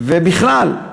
ובכלל,